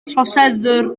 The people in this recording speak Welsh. troseddwr